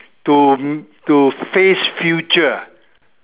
to to face future